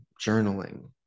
journaling